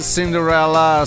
Cinderella